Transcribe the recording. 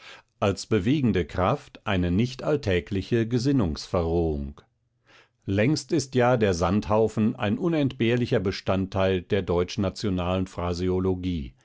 als bewegende kraft eine nicht alltägliche gesinnungsverrohung längst ist ja der sandhaufen ein unentbehrlicher bestandteil der deutschnationalen phraseologie